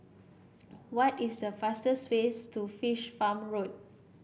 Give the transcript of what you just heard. what is the fastest way to Fish Farm Road